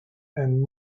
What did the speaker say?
and